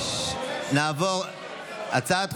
נעבור להצעה הבאה,